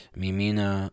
mimina